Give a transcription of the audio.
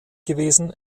gewesen